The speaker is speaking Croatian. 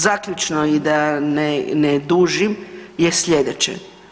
Zaključno i da ne dužim je slijedeće.